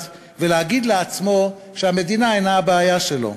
ולהגיד לעצמו שהמדינה אינה הבעיה שלו.